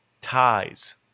ties